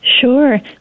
Sure